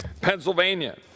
Pennsylvania